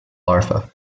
larva